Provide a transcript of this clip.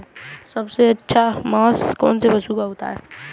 सबसे अच्छा मांस कौनसे पशु का होता है?